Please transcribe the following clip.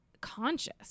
Conscious